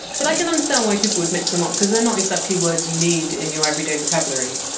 but i can understand why people would mix them up because they're not exactly words you need in your everyday vocabulary.